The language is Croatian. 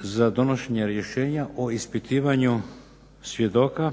za donošenje rješenja o ispitivanju svjedoka